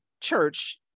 church